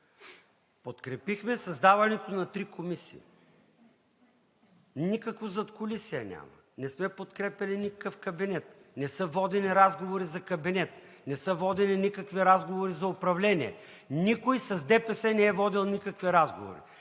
Подкрепихме създаването на три комисии, никакво задкулисие няма. Не сме подкрепяли никакъв кабинет, не са водени разговори за кабинет, не са водени никакви разговори за управление, никой с ДПС не е водил никакви разговори.